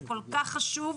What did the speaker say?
זה כל כך חשוב,